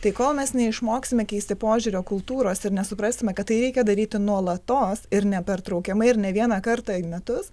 tai kol mes neišmoksime keisti požiūrio kultūros ir nesuprasime kad tai reikia daryti nuolatos ir nepertraukiamai ir ne vieną kartą į metus